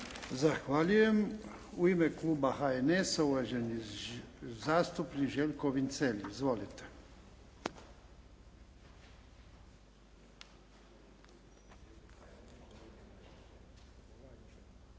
Zahvaljujem. U ime kluba HNS-a, uvaženi zastupnik Željko Vincelj. Izvolite.